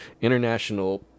international